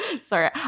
Sorry